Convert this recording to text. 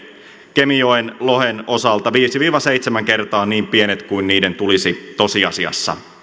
kemijoen lohen osalta viisi viiva seitsemän kertaa niin pienet kuin niiden tulisi tosiasiassa